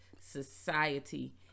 society